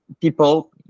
people